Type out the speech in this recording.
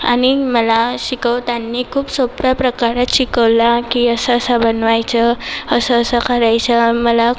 आणि मला शिकवतानी खूप सोप्या प्रकारात शिकवला की असं असं बनवायचं असं असं करायचं मला